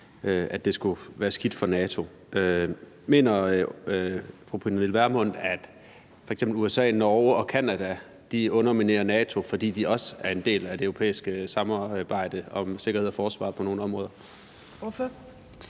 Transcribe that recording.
at forstå skulle være skidt for NATO. Mener fru Pernille Vermund, at f.eks. USA, Norge og Canada underminerer NATO, fordi de også er en del af det europæiske samarbejde om sikkerhed og forsvar på nogle områder?